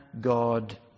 God